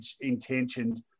intentioned